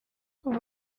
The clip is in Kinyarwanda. ubu